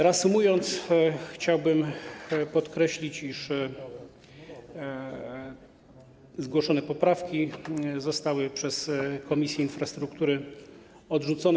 Reasumując, chciałbym podkreślić, iż zgłoszone poprawki zostały przez Komisję Infrastruktury odrzucone.